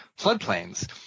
floodplains